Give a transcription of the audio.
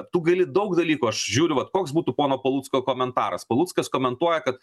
tu gali daug dalykų aš žiūriu vat koks būtų pono palucko komentaras paluckas komentuoja kad